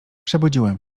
przebudziłem